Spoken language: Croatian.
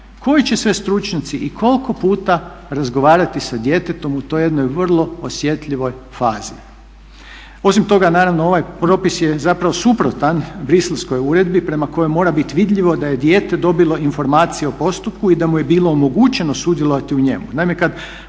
Koji će sve stručnjaci i koliko puta razgovarati sa djetetom u toj jednoj vrlo osjetljivoj fazi? Osim toga naravno ovaj propis je zapravo suprotan bruxelleskoj uredbi prema kojoj mora bit vidljivo da je dijete dobilo informacije o postupku i da mu je bilo omogućeno sudjelovati u njemu.